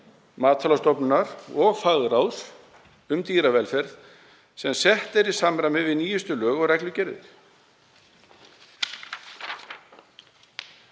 Matvælastofnunar og fagráðs um dýravelferð sem sett er í samræmi við nýjustu lög og reglugerðir.